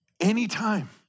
Anytime